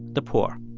the poor.